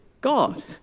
God